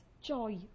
joy